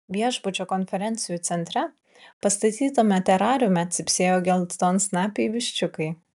viešbučio konferencijų centre pastatytame terariume cypsėjo geltonsnapiai viščiukai